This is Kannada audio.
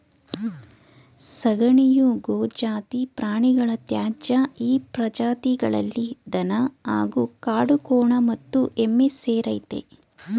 ಸಗಣಿಯು ಗೋಜಾತಿ ಪ್ರಾಣಿಗಳ ತ್ಯಾಜ್ಯ ಈ ಪ್ರಜಾತಿಗಳಲ್ಲಿ ದನ ಹಾಗೂ ಕಾಡುಕೋಣ ಮತ್ತು ಎಮ್ಮೆ ಸೇರಯ್ತೆ